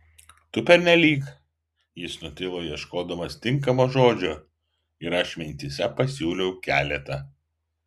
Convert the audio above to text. tu pernelyg jis nutilo ieškodamas tinkamo žodžio ir aš mintyse pasiūliau keletą